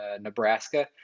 Nebraska